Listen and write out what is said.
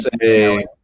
say